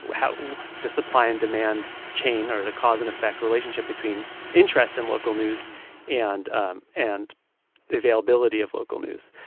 how the supply-and-demand chain or the cause-and-effect relationship between interest in local news and um and the availability of local news.